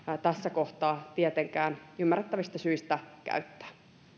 tässä kohtaa tietenkään ymmärrettävistä syistä käyttää